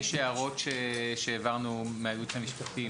יש הערות שהעברנו מהייעוץ המשפטי,